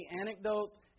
anecdotes